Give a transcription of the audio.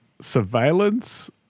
surveillance